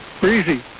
Breezy